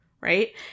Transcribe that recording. right